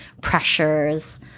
pressures